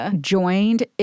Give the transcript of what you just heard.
joined